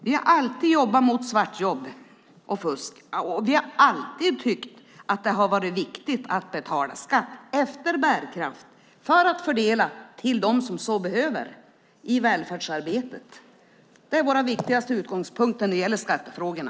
Vi har alltid jobbat mot svartjobb och fusk. Vi har alltid tyckt att det har varit viktigt att betala skatt efter bärkraft för att fördela till dem som så behöver i välfärdsarbetet. Det är vår viktigaste utgångspunkt när det gäller skattefrågorna.